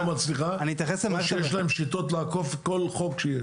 אז או שהרפורמה לא מצליחה או שיש להם שיטות לעקוף כל חוק שיש.